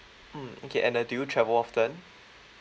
mm okay and uh do you travel often